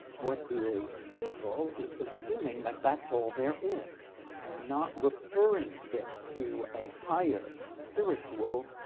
what is evil is assuming that that's all there is and not referring it to a higher spiritual,